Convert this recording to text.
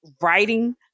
writing